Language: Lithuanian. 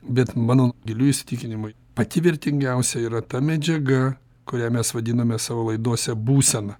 bet mano giliu įsitikinimu pati vertingiausia yra ta medžiaga kurią mes vadiname savo laidose būsena